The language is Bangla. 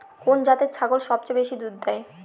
কোন জাতের ছাগল সবচেয়ে বেশি দুধ দেয়?